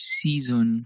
season